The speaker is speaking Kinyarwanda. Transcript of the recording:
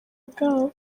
bwabo